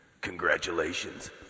Congratulations